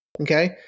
Okay